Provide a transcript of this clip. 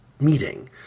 meeting